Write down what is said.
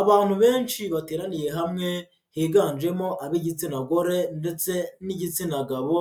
Abantu benshi bateraniye hamwe, higanjemo ab'igitsina gore ndetse n'igitsina gabo,